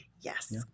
Yes